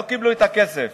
לא קיבלו את הכסף